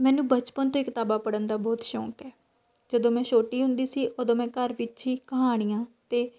ਮੈਨੂੰ ਬਚਪਨ ਤੋਂ ਕਿਤਾਬਾਂ ਪੜ੍ਹਨ ਦਾ ਬਹੁਤ ਸ਼ੌਂਕ ਹੈ ਜਦੋਂ ਮੈਂ ਛੋਟੀ ਹੁੰਦੀ ਸੀ ਉਦੋਂ ਮੈਂ ਘਰ ਵਿੱਚ ਹੀ ਕਹਾਣੀਆਂ ਅਤੇ